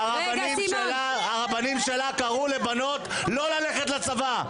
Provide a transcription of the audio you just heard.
הרבנים שלה קראו לבנות לא ללכת לצבא,